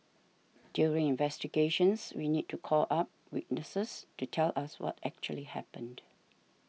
during investigations we need to call up witnesses to tell us what actually happened